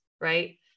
Right